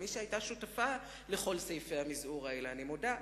כמי שהיתה שותפה לכל סעיפי המזעור האלה, אני מודה: